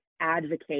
advocate